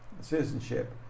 citizenship